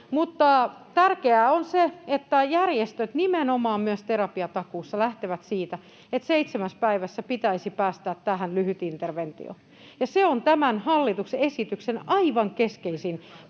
tärkeää on se, että järjestöt nimenomaan myös terapiatakuussa lähtevät siitä, että seitsemässä päivässä pitäisi päästä lyhytinterventioon, ja se on tämän hallituksen esityksen aivan keskeisin